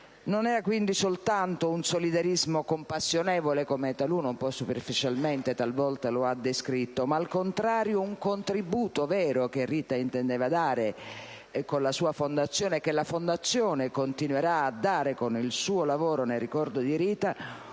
Non era quindi soltanto un solidarismo compassionevole, come taluno un po' superficialmente talvolta lo ha descritto, ma, al contrario, un contributo vero che Rita intendeva dare con la sua fondazione e che la fondazione continuerà a dare con il suo lavoro nel ricordo di Rita: